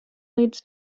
leads